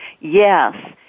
yes